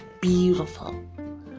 beautiful